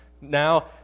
Now